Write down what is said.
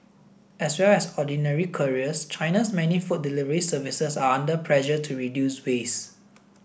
as well as ordinary couriers China's many food delivery services are under pressure to reduce waste